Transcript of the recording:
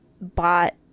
bought